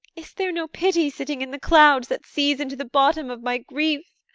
is there no pity sitting in the clouds, that sees into the bottom of my grief? o,